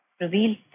revealed